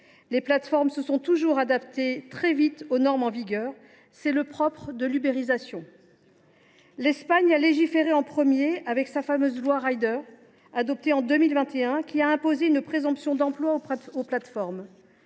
Les plateformes se sont toujours adaptées très vite aux normes en vigueur. C’est le propre de l’ubérisation. L’Espagne a légiféré en premier avec sa fameuse loi, adoptée en 2021, qui a imposé une présomption d’emploi aux plateformes.